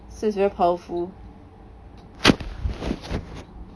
is very powerful